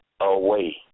away